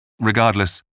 Regardless